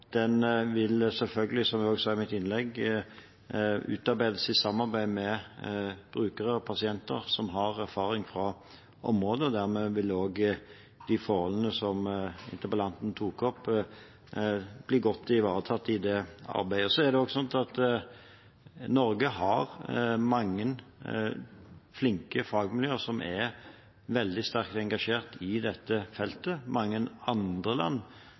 den vil selvfølgelig, som jeg også sa i mitt innlegg, utarbeides i samarbeid med brukere og pasienter som har erfaring fra området. Dermed vil også de forholdene som interpellanten tok opp, bli godt ivaretatt i det arbeidet. Så er det også slik at Norge har mange flinke fagmiljøer, som er veldig sterkt engasjert i dette feltet. Mange land